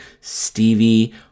Stevie